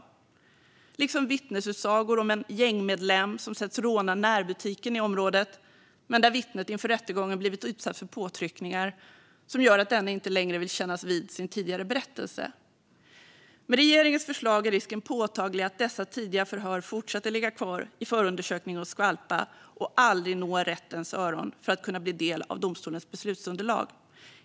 Det gäller också vittnesutsagor om en gängmedlem som setts råna närbutiken i området, men där vittnet inför rättegången blivit utsatt för påtryckningar som gör att denne inte längre vill kännas vid sin tidigare berättelse. Med regeringens förslag är risken påtaglig att dessa tidiga förhör fortsätter att ligga kvar i förundersökningen och skvalpa och aldrig når rättens öron för att kunna bli del av domstolens beslutsunderlag.